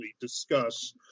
discuss